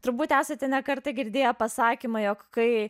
turbūt esate ne kartą girdėję pasakymą jog kai